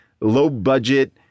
low-budget